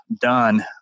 done